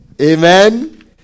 Amen